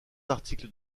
articles